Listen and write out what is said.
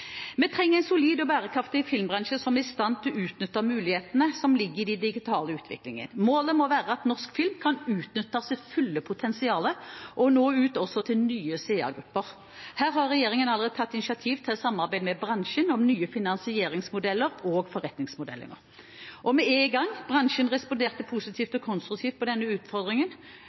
stand til å utnytte mulighetene som ligger i den digitale utviklingen. Målet må være at norsk film kan utnytte sitt fulle potensial og nå ut også til nye seergrupper. Her har regjeringen allerede tatt initiativ til et samarbeid med bransjen om nye finansieringsmodeller og forretningsmodeller. Vi er i gang. Bransjen responderte positivt